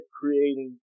creating